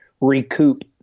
recoup